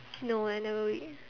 no I never read